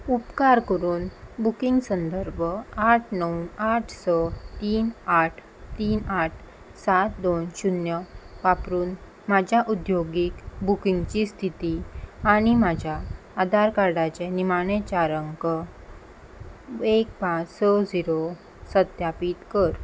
उपकार करून बुकींग संदर्भ आठ णव आठ स तीन आठ तीन आठ सात दोन शुन्य वापरून म्हज्या उद्योगीक बुकींगची स्थिती आनी म्हज्या आदार कार्डाचे निमाणे चार अंक एक पांच स झिरो सत्यापीत कर